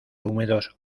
húmedos